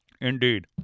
Indeed